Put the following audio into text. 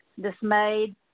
dismayed